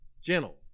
gentle